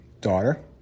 daughter